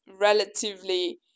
relatively